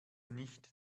nicht